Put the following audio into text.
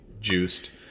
juiced